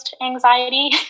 anxiety